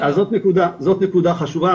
זאת נקודה חשובה,